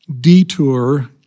detour